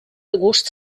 gust